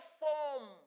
form